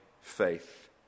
faith